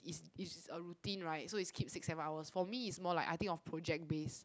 is is a routine right so is keep six seven hours for me is more like I think of project based